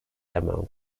among